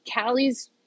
Callie's